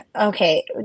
Okay